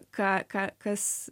ką ką kas